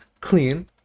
clean